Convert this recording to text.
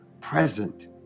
present